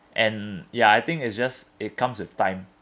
and ya I think it just it comes with time